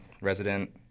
resident